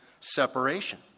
separation